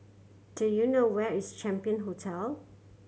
do you know where is Champion Hotel